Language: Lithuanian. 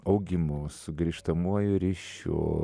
augimu su grįžtamuoju ryšiu